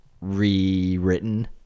rewritten